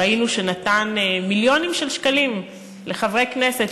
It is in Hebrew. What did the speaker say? ראינו שנתן מיליונים של שקלים לחברי כנסת,